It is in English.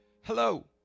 Hello